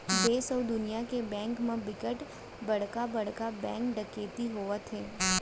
देस अउ दुनिया के बेंक म बिकट बड़का बड़का बेंक डकैती होए हे